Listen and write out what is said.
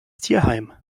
tierheim